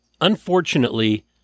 unfortunately